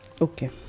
okay